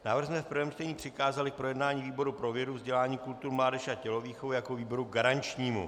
Návrh jsme v prvém čtení přikázali k projednání výboru pro vědu, vzdělání, kulturu, mládež a tělovýchovu jako výboru garančnímu.